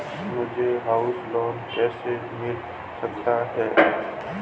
मुझे house loan कैसे मिल सकता है?